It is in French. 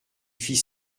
fit